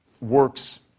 works